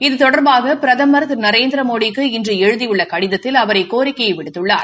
இது தொடர்பாக பிரதம் திரு நரேந்திரமோடிக்கு இன்று எழுதியுள்ள கடிதத்தில் அவர் இக்கோரிக்கையை விடுத்துள்ளார்